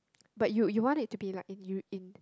but you you want it to be like in eu~ in